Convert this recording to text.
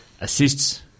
assists